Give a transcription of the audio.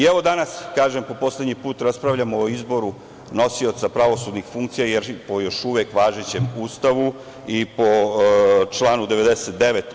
Evo, danas, kažem, po poslednji put, raspravljamo o izboru nosioca pravosudnih funkcija, jer po još uvek važećem Ustavu i po članu 99.